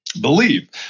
believe